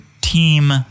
team